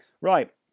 Right